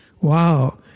Wow